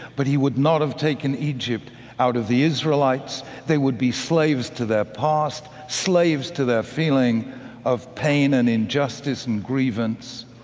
but he would not have taken egypt out of the israelites. they would be slaves to their past, slaves to their feeling of pain and injustice and grievance.